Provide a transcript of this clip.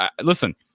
listen